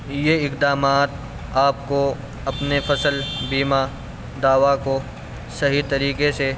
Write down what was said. یہ اقدامات آپ کو اپنے فصل بیمہ دعوی کو صحیح طریقے سے